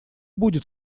будет